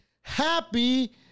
happy